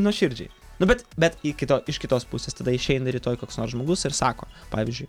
nuoširdžiai nu bet bet iki to iš kitos pusės tada išeina rytoj koks nors žmogus ir sako pavyzdžiui